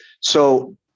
So-